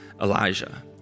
Elijah